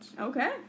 Okay